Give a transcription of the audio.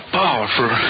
powerful